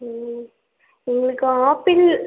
ம் எங்களுக்கு ஆப்பிள்